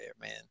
man